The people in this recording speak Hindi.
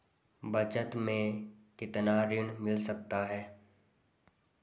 बचत मैं कितना ऋण मिल सकता है?